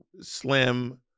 slim